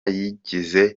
yigeze